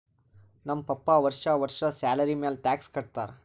ನಮ್ ಪಪ್ಪಾ ವರ್ಷಾ ವರ್ಷಾ ಸ್ಯಾಲರಿ ಮ್ಯಾಲ ಟ್ಯಾಕ್ಸ್ ಕಟ್ಟತ್ತಾರ